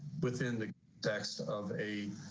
within the text of a